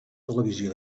televisió